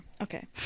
okay